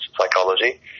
psychology